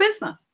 business